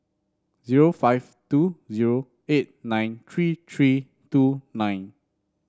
zero five two zero eight nine three three two nine